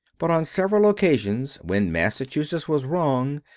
but on several occasions, when massachusetts was wrong,